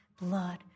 blood